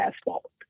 asphalt